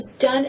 done